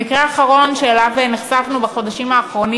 המקרה האחרון שאליו נחשפנו בחודשים האחרונים